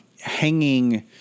hanging